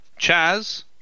Chaz